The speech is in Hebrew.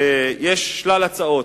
ויש שלל הצעות,